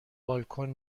بالکن